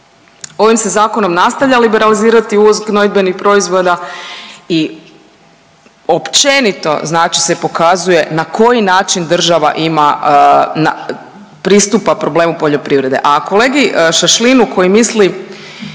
Ovim se zakonom nastavlja liberalizirati uvoz gnojidbenih proizvoda i općenito se pokazuje na koji način država ima pristupa problemu poljoprivrede. A kolegi Šašlinu koji misli